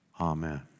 Amen